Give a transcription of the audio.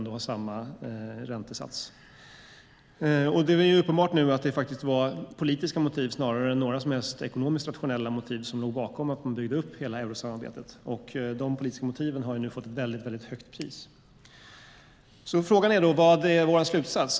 Det är uppenbart att det var politiska motiv snarare än ekonomiskt rationella motiv som låg bakom att man byggde upp hela eurosamarbetet. De politiska motiven har nu fått ett högt pris. Frågan är då vad som är vår slutsats.